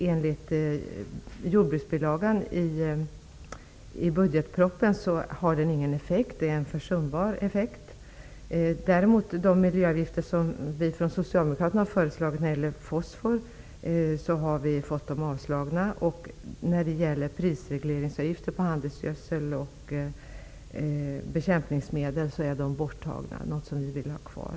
Enligt jordbruksbilagan i budgetpropositionen har den avgiften ingen eller en blott försumbar effekt. De miljöavgifter som vi socialdemokrater har föreslagit beträffande fosfor har avslagits. Prisregleringsavgifter på handelsgödsel och bekämpningsmedel har tagits bort. Det var något som vi ville ha kvar.